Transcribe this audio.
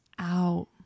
out